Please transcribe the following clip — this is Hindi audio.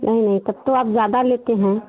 नहीं नहीं तब तो आप जयदा लेते हैं